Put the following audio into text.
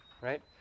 right